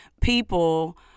people